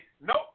nope